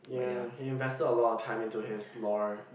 ya he invested a lot of time into his law